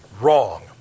wrong